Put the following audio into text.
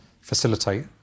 facilitate